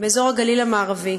באזור הגליל המערבי,